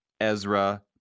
Ezra